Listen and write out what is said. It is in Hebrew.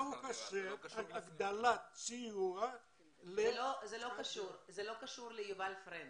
מה הוא חושב על הגדלת סיוע ל --- זה לא קשור ליובל פרנקל.